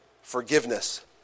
forgiveness